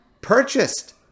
purchased